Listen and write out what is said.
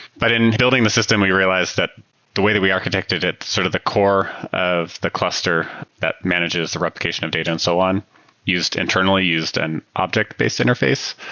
but in building the system, we realized that the way that we architected it, sort of the core of the cluster that manages the replication of data and so on used internally, used an object-based interface.